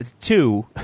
two